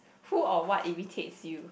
who or what irritates you